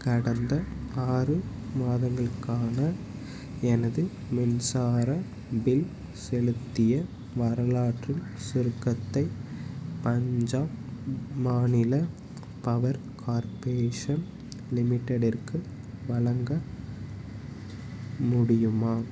கடந்த ஆறு மாதங்களுக்கான எனது மின்சார பில் செலுத்திய வரலாற்றின் சுருக்கத்தை பஞ்சாப் மாநில பவர் கார்ப்பரேஷன் லிமிட்டெடிற்கு வழங்க முடியுமா